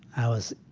i was,